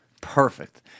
Perfect